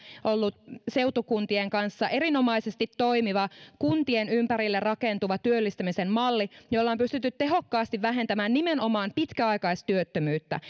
ollut seutukuntien kanssa erinomaisesti toimiva kuntien ympärille rakentuva työllistämisen malli jolla on pystytty tehokkaasti vähentämään nimenomaan pitkäaikaistyöttömyyttä